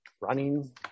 running